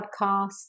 Podcasts